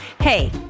Hey